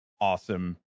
awesome